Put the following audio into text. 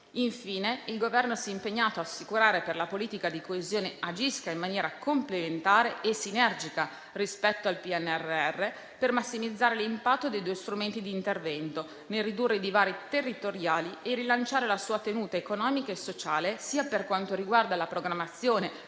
Infine, il Governo si è impegnato ad assicurare che la politica di coesione agisca in maniera complementare e sinergica rispetto al PNRR per massimizzare l'impatto dei due strumenti di intervento nel ridurre i divari territoriali e rilanciare la sua tenuta economica e sociale sia per quanto riguarda la programmazione 2021-2027, sia per